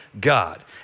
God